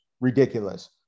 ridiculous